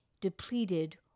depleted